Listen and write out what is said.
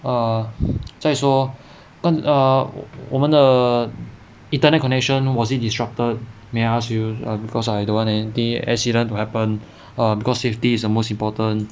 err 再说跟 err 我们的 internet connection was it disrupted may ask you because I don't want anything accident to happen because safety is utmost important